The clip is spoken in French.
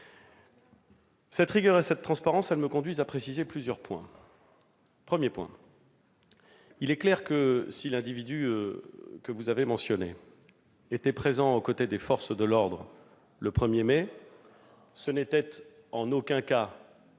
Cette rigueur et cette transparence me conduisent à préciser plusieurs points. Premièrement, il est clair que si l'individu que vous avez mentionné était présent aux côtés des forces de l'ordre le 1 mai, ce n'était en aucun cas